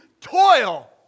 toil